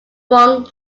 wrong